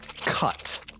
cut